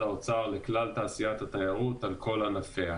האוצר לכלל תעשיית התיירות על כל ענפיה.